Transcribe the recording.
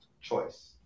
choice